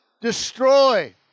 Destroy